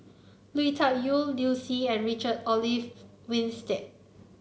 Lui Tuck Yew Liu Si and Richard Olaf Winstedt